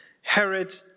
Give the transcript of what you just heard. Herod